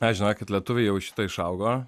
na žinokit lietuviai jau šitą išaugo